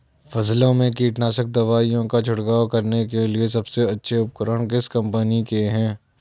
फसलों में कीटनाशक दवाओं का छिड़काव करने के लिए सबसे अच्छे उपकरण किस कंपनी के हैं?